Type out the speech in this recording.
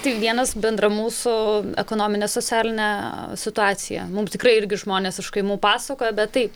tik vienas bendrą mūsų ekonominę socialinę situaciją mums tikrai irgi žmonės iš kaimų pasakojo bet taip